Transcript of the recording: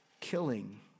killing